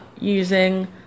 using